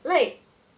like